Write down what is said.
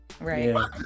Right